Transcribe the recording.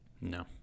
No